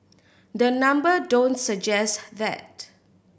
the number don't suggest that